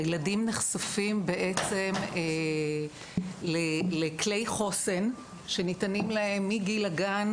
הילדים נחשפים בעצם לכלי חוסן שניתנים להם מגיל הגן